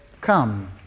come